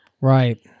Right